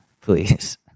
please